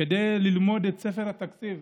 כדי ללמוד את ספר התקציב,